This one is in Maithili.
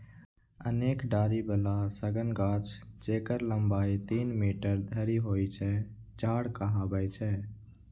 अनेक डारि बला सघन गाछ, जेकर लंबाइ तीन मीटर धरि होइ छै, झाड़ कहाबै छै